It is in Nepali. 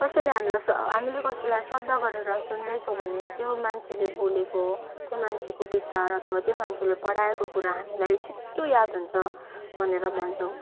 कसैले हामीलाई हामीले कसैलाई श्रद्धा गरेर सुन्दैछौँ भने त्यो मान्छेले बोलेको त्यो मान्छेको विचार अथवा त्यो मान्छेले पढाएको कुरा हामीलाई छिट्टो याद हुन्छ भनेर भन्छौँ